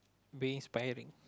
be inspiring